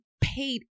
paid